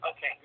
Okay